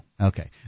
Okay